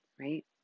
right